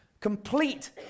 complete